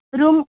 room